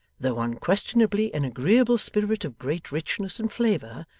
though unquestionably an agreeable spirit of great richness and flavour,